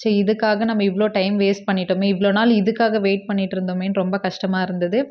சே இதுக்காக நம்ம இவ்வளோ டைம் வேஸ்ட் பண்ணிவிட்டோமே இவ்வளோ நாள் இதுக்காக வெயிட் பண்ணிட்டிருந்தோமேன்னு ரொம்ப கஷ்டமாக இருந்தது